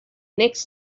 next